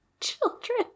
Children